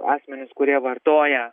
asmenys kurie vartoja